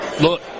look